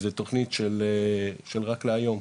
התכנית היא תכנית של רק להיום,